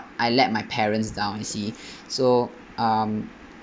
I let my parents down you see so um